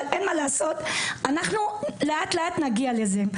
אבל אין מה לעשות, אנחנו אט-אט נגיע לזה.